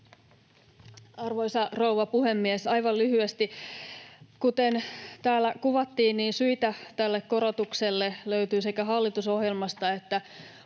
Arvoisa rouva puhemies! Aivan lyhyesti. Kuten täällä kuvattiin, syitä tälle korotukselle löytyy sekä hallitusohjelmasta että